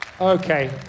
Okay